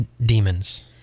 demons